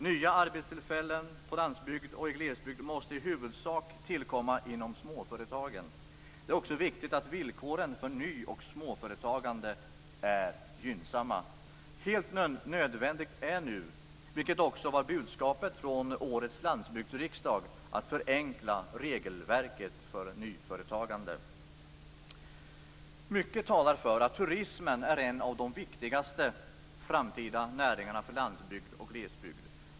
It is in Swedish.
Nya arbetstillfällen på landsbygd och i glesbygd måste i huvudsak tillkomma inom småföretagen. Det är viktigt att villkoren för ny och småföretagande är gynnsamma. Helt nödvändigt är nu - och det var också budskapet från årets landsbygdsriksdag - att förenkla regelverket för nyföretagande. Mycket talar för att turismen är en av de viktigaste framtida näringarna för landsbygd och glesbygd.